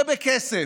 זה בכסף.